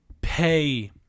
pay